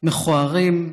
מכוערים.